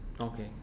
Okay